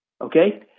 okay